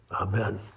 Amen